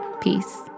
Peace